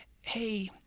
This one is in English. hey